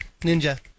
ninja